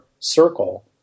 circle